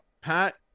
Pat –